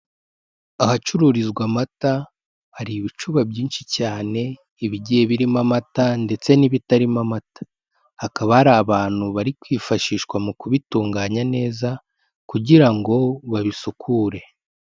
Ahacururizwa amata, hari ibicuba byinshi cyane, ibigiye birimo amata ndetse n'ibitarimo amata, hakaba hari abantu bari kwifashishwa mu kubitunganya neza kugira ngo babisukure.